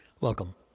Welcome